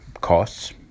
costs